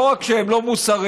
לא רק שהם לא מוסריים,